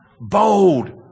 Bold